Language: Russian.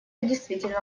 действительно